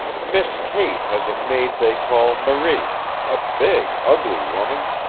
miss kate has a maid they call marie a big, ugly woman.